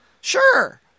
Sure